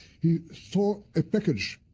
he saw a package,